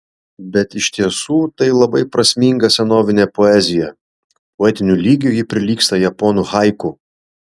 bet iš tiesų tai labai prasminga senovinė poezija poetiniu lygiu ji prilygsta japonų haiku